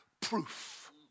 proof